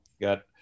got